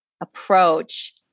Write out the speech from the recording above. approach